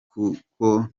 kuko